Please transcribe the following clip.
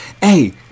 Hey